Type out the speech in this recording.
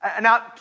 Now